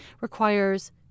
requires